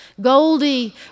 Goldie